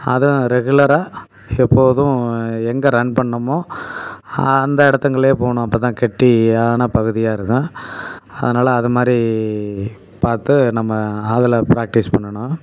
அதை ரெகுலராக எப்போதும் எங்கள் ரன் பண்ணுமோ அ அந்த இடத்துங்களே போகணும் அப்போ தான் கட்டியான பகுதியாக இருக்கும் அதனால் அது மாதிரி பார்த்து நம்ம அதில் ப்ராக்டிஸ் பண்ணுணும்